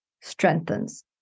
strengthens